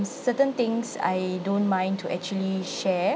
certain things I don't mind to actually share